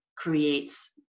creates